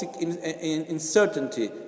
uncertainty